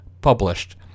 published